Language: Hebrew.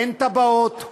אין תב"עות.